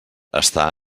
està